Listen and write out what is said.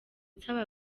nsaba